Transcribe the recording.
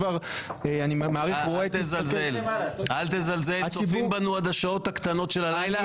אל תזלזל, צופים בנו עד השעות הקטנות של הלילה.